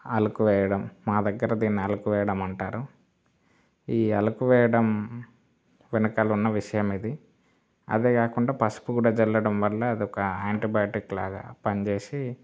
అలుకు వేయడం మా దగ్గర దీన్ని అలుకు వేయడం అంటారు ఈ అలుకు వేయడం వెనకాల ఉన్న విషయం ఇది అదే కాకుండా పసుపు కూడా చల్లడం వల్ల అది ఒక యాంటీబయాటిక్లాగా పనిచేసి